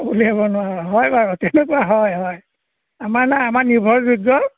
ওলিয়াব নোৱাৰোঁ হয় বাৰু তেনেকুৱা হয় হয় আমাৰ নাই আমাৰ নিৰ্ভৰযোগ্য